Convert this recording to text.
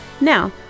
Now